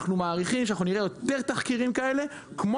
אני מניח שנראה יותר תחקירים כאלה כמו